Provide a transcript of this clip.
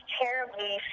terribly